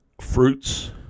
fruits